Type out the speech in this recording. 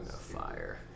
fire